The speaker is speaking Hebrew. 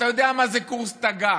אתה יודע מה זה קורס טג"ח?